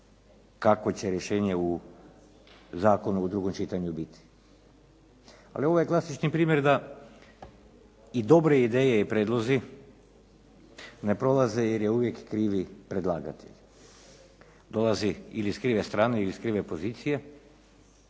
kako će rješenje u zakonu u drugom čitanju biti. Ali ovo je klasični primjer da i dobre ideje i prijedlozi ne prolaze jer je uvijek krivi predlagatelj. Dolazi ili s krive strane ili iz krive pozicije